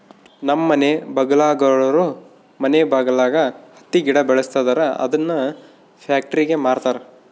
ನಮ್ಮ ಮನೆ ಬಗಲಾಗುಳೋರು ಮನೆ ಬಗಲಾಗ ಹತ್ತಿ ಗಿಡ ಬೆಳುಸ್ತದರ ಅದುನ್ನ ಪ್ಯಾಕ್ಟರಿಗೆ ಮಾರ್ತಾರ